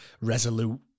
resolute